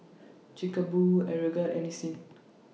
Chic A Boo Aeroguard and Nissin